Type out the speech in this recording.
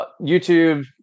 YouTube